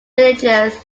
villages